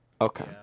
Okay